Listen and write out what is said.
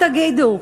תגידו,